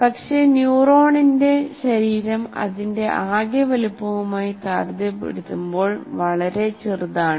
പക്ഷേ ന്യൂറോണിന്റെ ശരീരം അതിന്റെ ആകെ വലുപ്പവുമായി താരതമ്യപ്പെടുത്തുമ്പോൾ വളരെ ചെറുതാണ്